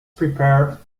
prepare